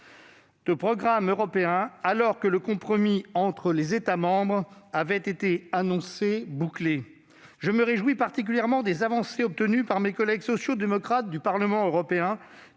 de programmes européens alors que le compromis entre les États membres avait été annoncé comme bouclé. Je me félicite spécialement des avancées obtenues par mes collègues sociaux-démocrates du Parlement européen,